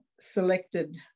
selected